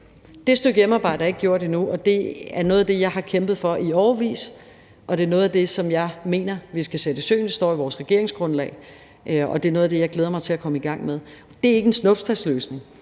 Det stykke hjemmearbejde er ikke gjort endnu. Det er noget af det, jeg har kæmpet for i årevis, og det er noget af det, som jeg mener vi skal sætte i søen. Det står i vores regeringsgrundlag, og det er noget af det, jeg glæder mig til at komme i gang med. Det er ikke en snuptagsløsning,